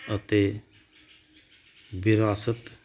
ਅਤੇ ਵਿਰਾਸਤ